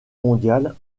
mondiale